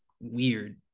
weird